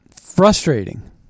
frustrating